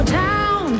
down